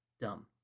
dumb